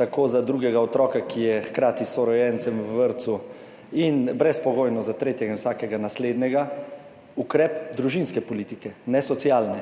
tako za drugega otroka, ki je hkrati s sorojencem v vrtcu, in brezpogojno za tretjega in vsakega naslednjega ukrep družinske politike, ne socialne.